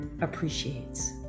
appreciates